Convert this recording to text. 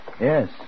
Yes